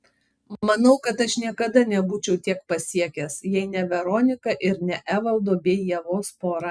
manau kad aš niekada nebūčiau tiek pasiekęs jei ne veronika ir ne evaldo bei ievos pora